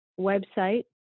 website